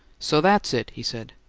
so that's it, he said.